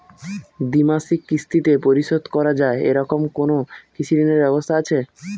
দ্বিমাসিক কিস্তিতে পরিশোধ করা য়ায় এরকম কোনো কৃষি ঋণের ব্যবস্থা আছে?